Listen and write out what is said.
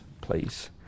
please